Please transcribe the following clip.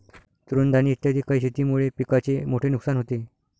तृणधानी इत्यादी काही शेतीमुळे पिकाचे मोठे नुकसान होते